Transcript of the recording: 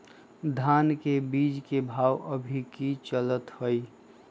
धान के बीज के भाव अभी की चलतई हई?